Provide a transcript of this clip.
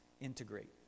integrate